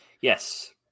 Yes